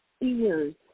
ears